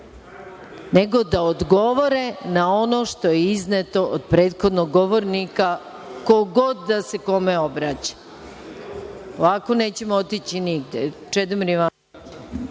nego da odgovore na ono što je izneto od prethodnog govornika, ko god da se kome obraća. Ovako nećemo otići nigde. Reč